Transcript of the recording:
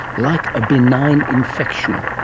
like a benign infection.